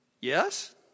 Yes